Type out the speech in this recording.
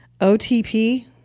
OTP